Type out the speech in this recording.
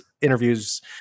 interviews